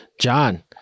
John